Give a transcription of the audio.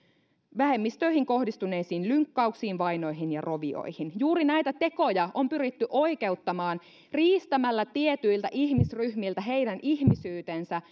vähemmistöihin kohdistuneisiin lynkkauksiin vainoihin ja rovioihin juuri näitä tekoja on pyritty oikeuttamaan riistämällä tietyiltä ihmisryhmiltä heidän ihmisyytensä